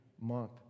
month